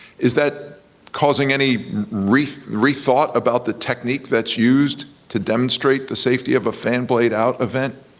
is that causing any rethought rethought about the technique that's used to demonstrate the safety of a fan blade out event?